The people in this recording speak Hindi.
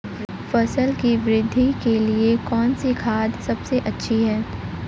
फसल की वृद्धि के लिए कौनसी खाद सबसे अच्छी है?